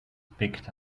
picked